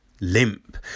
Limp